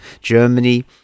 Germany